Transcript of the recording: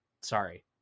sorry